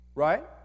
Right